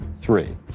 three